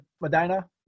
Medina